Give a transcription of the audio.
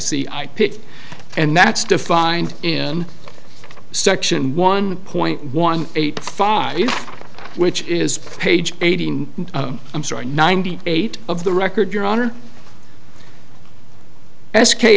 c i pick and that's defined in section one point one eight five which is page eighteen i'm sorry ninety eight of the record your honor s k